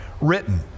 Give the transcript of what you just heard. written